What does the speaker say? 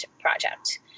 project